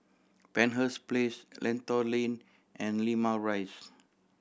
Penshurst Place Lentor Lane and Limau Rise